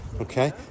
Okay